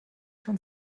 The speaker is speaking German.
schon